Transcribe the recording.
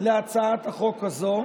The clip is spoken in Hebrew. להצעת החוק הזו,